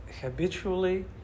habitually